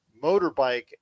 motorbike